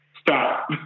stop